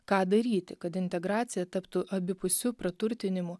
ką daryti kad integracija taptų abipusiu praturtinimu